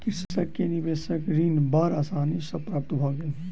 कृषक के निवेशक ऋण बड़ आसानी सॅ प्राप्त भ गेल